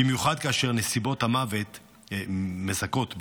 במיוחד כאשר נסיבות המוות מזכות בתגמולים.